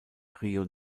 rio